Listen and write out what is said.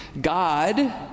God